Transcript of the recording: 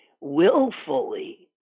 willfully